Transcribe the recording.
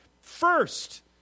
first